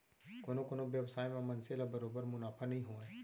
कोनो कोनो बेवसाय म मनसे ल बरोबर मुनाफा नइ होवय